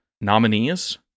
nominees